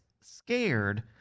scared